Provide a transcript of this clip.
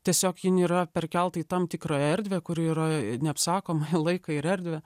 tiesiog jin yra perkeltaį tam tikrą erdvę kuri yra neapsakomai laiką ir erdvę